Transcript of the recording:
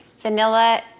Vanilla